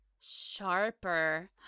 sharper